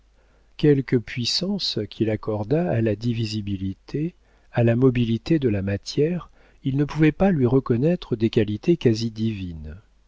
quelque puissance qu'il accordât à la divisibilité à la mobilité de la matière il ne pouvait pas lui reconnaître des qualités quasi divines